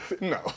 No